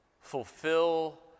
fulfill